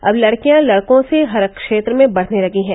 अब लड़कियां लड़कों से हर क्षेत्र बढ़ने लगी है